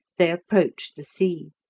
they approached the sea,